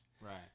Right